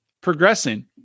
progressing